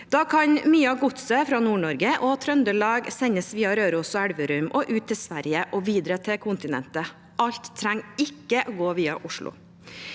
Da kan mye av godset fra Nord-Norge og Trøndelag sendes via Røros og Elverum og ut til Sverige og videre til kontinentet. Alt trenger ikke å gå via Oslo.